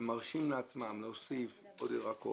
הם מרשים לעצמם להוסיף עוד ירקות,